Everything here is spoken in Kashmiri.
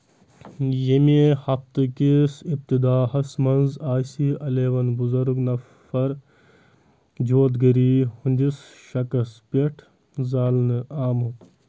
ییٚمہِ ہفتہٕ کِس اِبتِداہس منٛز آسہِ ایٚلیٚوَن بُزرگ نَفر جودگٔری ہُندِس شَکس پٮ۪ٹھ زالنہٕ آمُت